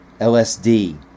LSD